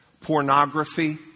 pornography